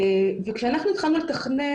כשאנחנו התחלנו לתכנן,